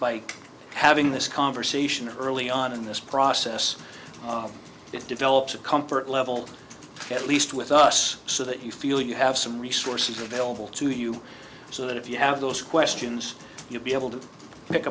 by having this conversation early on in this process it develops a comfort level at least with us so that you feel you have some resources available to you so that if you have those questions you'll be able to pick